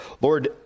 Lord